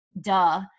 duh